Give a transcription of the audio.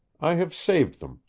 i have saved them.